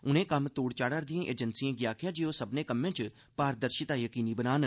उनें कम्म तोढ़ चाढ़ा'रदी एजेंसिएं गी आखेआ जे ओह् सब्मनें कम्में च पारदर्शिता यकीनी बनान